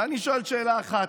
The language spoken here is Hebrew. ואני שואל שאלה אחת: